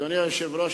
אדוני היושב-ראש,